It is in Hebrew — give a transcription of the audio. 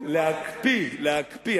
הוא נתן 50 בתים הבוקר, להקפיא, להקפיא.